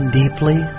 deeply